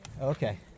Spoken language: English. Okay